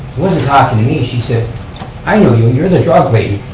wasn't talking to me, she said i know you, you're the drug lady.